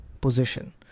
position